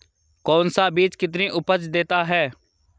कौन सा बीज कितनी उपज देता है?